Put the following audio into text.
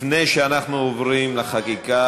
לפני שאנחנו עוברים להצבעה,